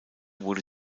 wurde